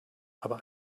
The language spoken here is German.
aber